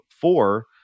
four